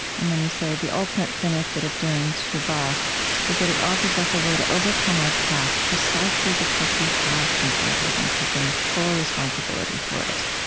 and then you say the ultimate benefit of doing teshuvah is that it offers us a way to overcome our past precisely because we have confronted and taken full responsibility for it.